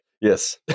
Yes